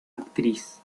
actriz